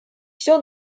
все